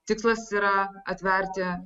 tikslas yra atverti